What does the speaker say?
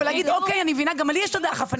גם לי יש חברים,